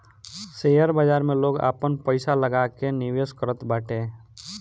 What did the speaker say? share बाजार में लोग आपन पईसा लगा के निवेश करत बाटे